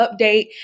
update